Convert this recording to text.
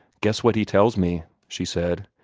guess what he tells me! she said.